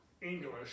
English